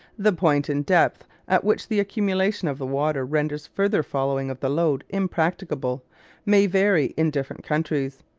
the point in depth at which the accumulation of the water renders further following of the lode impracticable may vary in different countries.